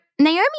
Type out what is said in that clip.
Naomi